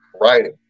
writing